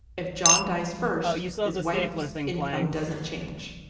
if john dies first, his wife's income doesn't change.